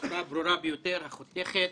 בצורה הברורה ביותר, החותכת,